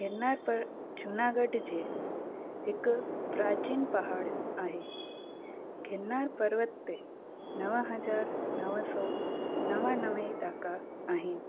गिरनार पर्बतु जूनागढ़ जे हिकु प्राचीन पहाड़ु आहे गिरनार पर्बत ते नव हज़ार नव सौ नवानवे ॾाका आहिनि